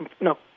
no